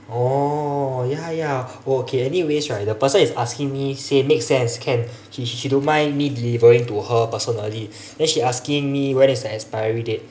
oh ya ya okay anyways right the person is asking me say make sense can she she don't mind me delivering to her personally then she asking me when is the expiry date